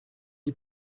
die